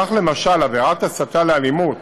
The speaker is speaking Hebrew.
כך, למשל, עבירת הסתה לאלימות,